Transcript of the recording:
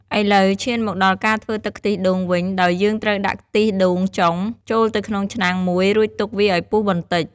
ឥឡូវ ឈានមកដល់ការធ្វើទឹកខ្ទិះដូងវិញ ដោយយើងត្រូវដាក់ខ្ទិះដូងចុងចូលទៅក្នុងឆ្នាំងមួយ រួចទុកវាឱ្យពុះបន្តិច។